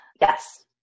Yes